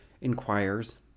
inquires